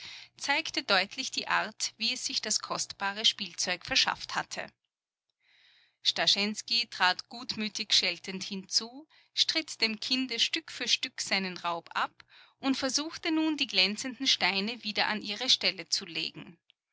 zeigte deutlich die art wie es sich das kostbare spielzeug verschafft hatte starschensky trat gutmütig scheltend hinzu stritt dem kinde stück für stück seinen raub ab und versuchte nun die glänzenden steine wieder an ihre stelle zu legen